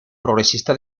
progresista